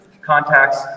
contacts